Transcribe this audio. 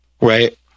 Right